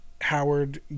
howard